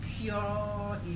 pure